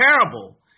terrible